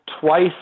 twice